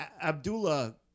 Abdullah